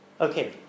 Okay